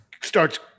starts